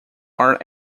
are